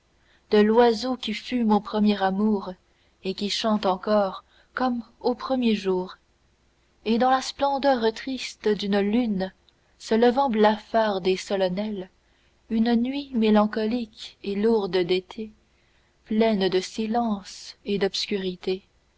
de l'oiseau qui fut mon premier amour et qui chante encor comme au premier jour et dans la splendeur triste d'une lune se levant blafarde et solennelle une nuit mélancolique et lourde d'été pleine de silence et d'obscurité